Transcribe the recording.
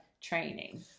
training